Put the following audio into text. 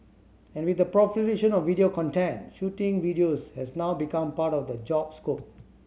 and with the proliferation of video content shooting videos has now become part of the job scope